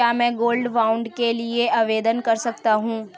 क्या मैं gold bond के लिए आवेदन कर सकता हूं?